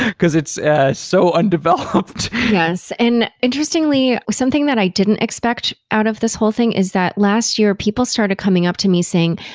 because it's ah so undeveloped yes. and interestingly, something that i didn't expect out of this whole thing is that last year, people started coming up to me saying,